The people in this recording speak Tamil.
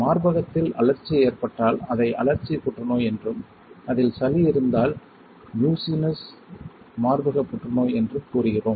மார்பகத்தில் அழற்சி ஏற்பட்டால் அதை அழற்சி புற்றுநோய் என்றும் அதில் சளி இருந்தால் மியூசினஸ் மார்பக புற்றுநோய் என்றும் கூறுகிறோம்